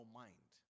mind